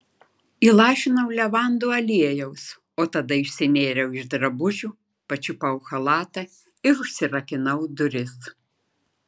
įlašinau levandų aliejaus o tada išsinėriau iš drabužių pačiupau chalatą ir užsirakinau duris